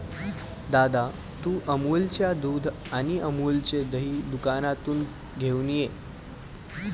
दादा, तू अमूलच्या दुध आणि अमूलचे दही दुकानातून घेऊन ये